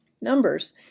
numbers